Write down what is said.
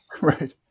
Right